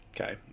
okay